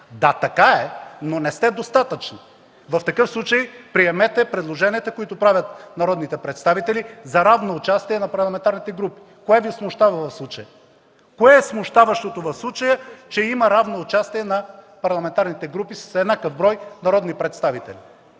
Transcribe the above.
Да, така е, но не сте достатъчни. В такъв случай приемете предложенията, които правят народните представители, за равно участие на парламентарните групи. Кое Ви смущава в случая? Кое е смущаващото в случая, че има равно участие на парламентарните групи – с еднакъв брой народни представители?